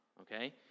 okay